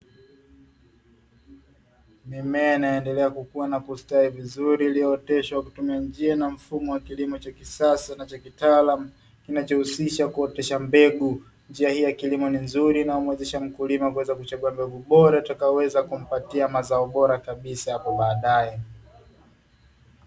Mimea inaendelea kukua na kustawi vizuri na mfumo wa kilimo cha kisasa kinachohusisha kuotesha mbegu, njia hii ya kilimo ni nzuri na uwezeshaji mkulima kuweza kuchagua bora tukaweza kumpatia mazao bora kabisa baadae.